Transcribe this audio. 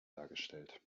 dargestellt